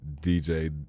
DJ